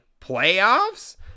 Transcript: playoffs